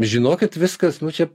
žinokit viskasnu čia